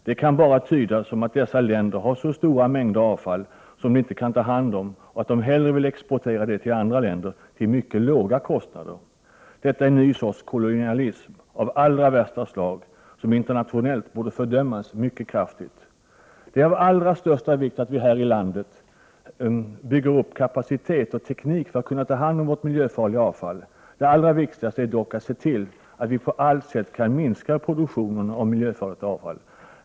Det kan bara tydas som att dessa länder har så stora mängder avfall, som de inte kan ta hand om, att de hellre vill exportera det till andra länder till mycket låga kostnader. Detta är en ny sorts kolonialism av allra värsta slag, som internationellt borde fördömas mycket kraftigt. Det är av allra största vikt att vi här i landet nu bygger upp kapacitet och teknik för att kunna ta hand om vårt miljöfarliga avfall. Det allra viktigaste är dock att se till att vi på allt sätt kan minska produktionen av miljöfarligt avfall.